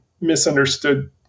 misunderstood